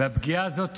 והפגיעה הזאת